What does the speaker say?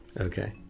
Okay